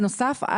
בנוסף,